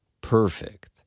Perfect